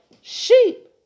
sheep